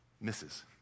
misses